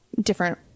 different